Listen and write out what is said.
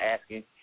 asking